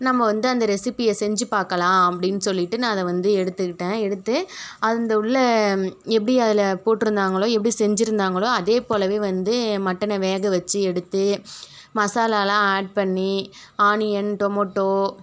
நம்ம வந்து அந்த ரெசிப்பியை செஞ்சு பார்க்கலாம் அப்படின்னு சொல்லிவிட்டு நான் அதை வந்து எடுத்துக்கிட்டேன் எடுத்து அதில் உள்ளே எப்படி அதில் போட்டிருந்தாங்களோ எப்படி செஞ்சுருந்தாங்களோ அதே போலவே வந்து மட்டனை வேக வைச்சு எடுத்து மசாலெலாம் ஆட் பண்ணி ஆனியன் டொமோட்டோ